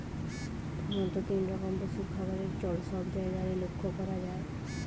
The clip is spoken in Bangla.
প্রধাণত তিন রকম পশুর খাবারের চল সব জায়গারে লক্ষ করা যায়